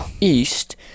east